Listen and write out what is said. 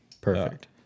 perfect